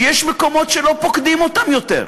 שיש מקומות שלא פוקדים אותם יותר,